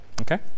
Okay